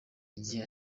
igihe